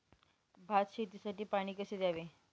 भात शेतीसाठी पाणी कसे द्यावे?